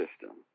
system